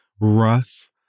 rough